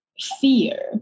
fear